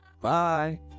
Bye